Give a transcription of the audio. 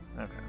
Okay